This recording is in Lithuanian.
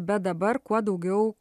bet dabar kuo daugiau